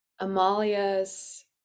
Amalia's